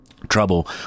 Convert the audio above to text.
Trouble